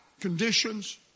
conditions